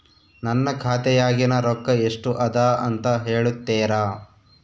ನನ್ನ ಖಾತೆಯಾಗಿನ ರೊಕ್ಕ ಎಷ್ಟು ಅದಾ ಅಂತಾ ಹೇಳುತ್ತೇರಾ?